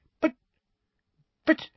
But—but—